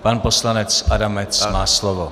Pan poslanec Adamec má slovo.